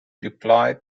deployed